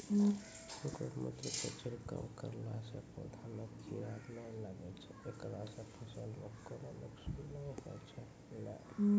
गोमुत्र के छिड़काव करला से पौधा मे कीड़ा नैय लागै छै ऐकरा से फसल मे कोनो नुकसान नैय होय छै?